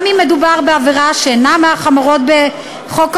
גם אם מדובר בעבירה שאינה מן החמורות בחוק העונשין,